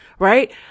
Right